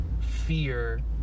fear